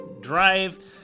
drive